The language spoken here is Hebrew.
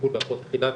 לטיפול בהפרעות אכילה,